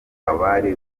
abari